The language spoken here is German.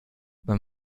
wenn